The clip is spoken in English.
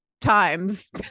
Times